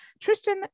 tristan